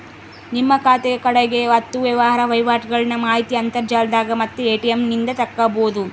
ನಿಮ್ಮ ಖಾತೆಗ ಕಡೆಗ ಹತ್ತು ವ್ಯವಹಾರ ವಹಿವಾಟುಗಳ್ನ ಮಾಹಿತಿ ಅಂತರ್ಜಾಲದಾಗ ಮತ್ತೆ ಎ.ಟಿ.ಎಂ ನಿಂದ ತಕ್ಕಬೊದು